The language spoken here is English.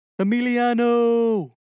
Emiliano